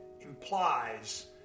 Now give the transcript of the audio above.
implies